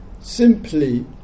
simply